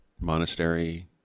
monastery